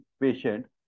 patient